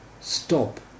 stop